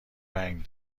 ونگ